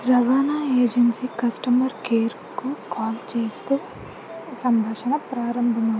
రవాణా agency customer కేర్కు call చేస్తూ సంభాషణ ప్రారంభం అవుతుంది